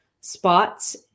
spots